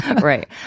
right